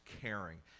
caring